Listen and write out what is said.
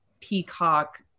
peacock